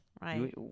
Right